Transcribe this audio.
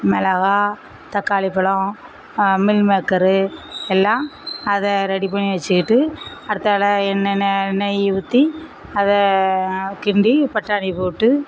மெளகாய் தக்காளி பழம் மீல்மேக்கர் எல்லாம் அதை ரெடி பண்ணி வச்சுக்கிட்டு அடுத்ததில் எண்ணெ நெய் ஊற்றி அதை கிண்டி பட்டாணி போட்டு